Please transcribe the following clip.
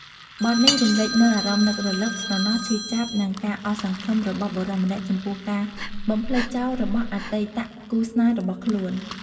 បទនេះរំលេចនូវអារម្មណ៍នឹករលឹក ស្រណោះ ឈឺចាប់ និងការអស់សង្ឃឹមរបស់បុរសម្នាក់ចំពោះការបំភ្លេចចោលរបស់អតីតគូស្នេហ៍របស់ខ្លួន។